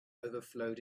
overflowed